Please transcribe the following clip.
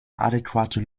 adäquate